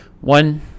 One